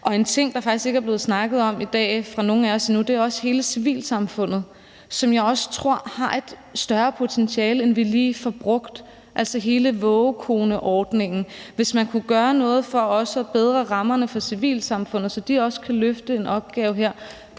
En ting, ingen af os faktisk har snakket om endnu i dag, er hele civilsamfundet, som jeg også tror har et større potentiale, end vi lige får brugt. Der er hele vågekoneordningen. Hvis man kunne gøre noget for at bedre rammerne for civilsamfundet, så de også kan løfte en opgave der,